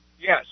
Yes